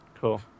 Cool